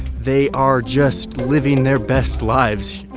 they are just living their best lives.